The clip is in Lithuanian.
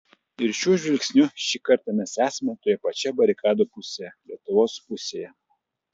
ir šiuo žvilgsniu šį kartą mes esame toje pačioje barikadų pusėje lietuvos pusėje